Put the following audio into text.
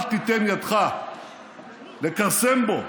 אל תיתן ידך לכרסם בו,